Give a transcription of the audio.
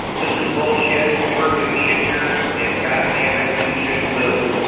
this is bullshit. we're new hampshire and god damn it. you shouldn't move.